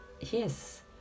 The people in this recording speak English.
yes